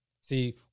see